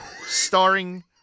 starring